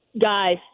Guys